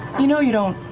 you know you don't.